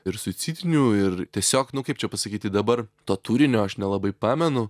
ir suicidinių ir tiesiog nu kaip čia pasakyti dabar to turinio aš nelabai pamenu